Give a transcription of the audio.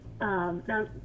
Now